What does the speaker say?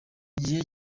gihe